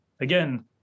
Again